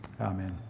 Amen